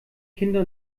kinder